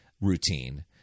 routine